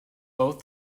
both